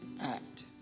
act